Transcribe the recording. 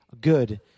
good